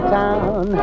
town